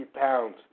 pounds